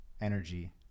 energy